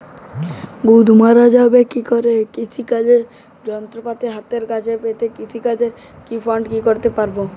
কৃষিকাজের যন্ত্রপাতি হাতের কাছে পেতে কৃষকের ফোন কত রকম ভাবে সাহায্য করতে পারে?